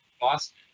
Boston